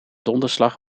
donderslag